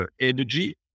energy